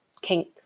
kink